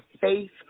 faith